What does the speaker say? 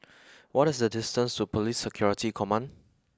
what is the distance to Police Security Command